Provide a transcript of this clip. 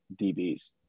DBs